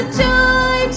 joy